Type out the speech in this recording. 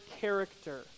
character